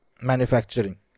manufacturing